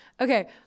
Okay